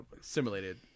simulated